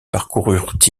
parcoururent